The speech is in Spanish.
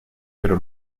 pero